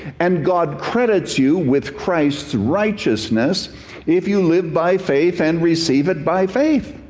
and god credits you with christ's righteousness if you live by faith and receive it by faith.